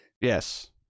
Yes